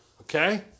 Okay